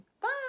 Bye